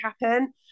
happen